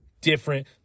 different